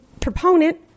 proponent